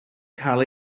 cael